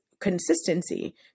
consistency